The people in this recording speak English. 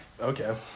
okay